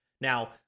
Now